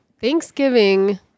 Thanksgiving